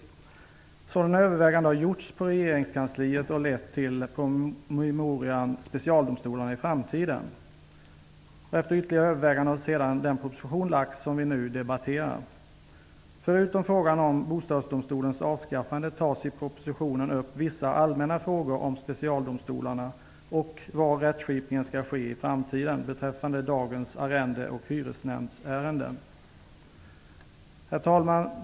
Sådana överväganden har gjorts på regeringskansliet och lett till promemorian Specialdomstolarna i framtiden. Efter ytterligare överväganden har sedan den proposition lagts fram som vi nu debatterar. Förutom frågan om Bostadsdomstolens avskaffande tas i propositionen upp vissa allmänna frågor om specialdomstolarna och var rättsskipningen skall ske i framtiden beträffande dagens arrende och hyresnämndsärenden. Herr talman!